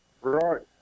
Right